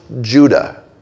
Judah